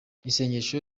isengesho